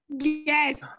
Yes